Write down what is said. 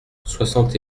soixante